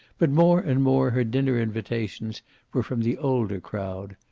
but more and more her dinner invitations were from the older crowd.